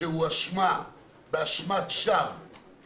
שהואשמה באשמת שווא